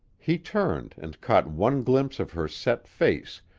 he turned and caught one glimpse of her set face,